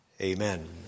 amen